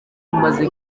imaze